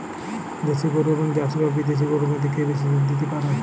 দেশী গরু এবং জার্সি বা বিদেশি গরু মধ্যে কে বেশি দুধ দিতে পারে?